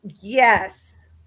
yes